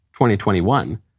2021